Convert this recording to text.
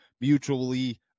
mutually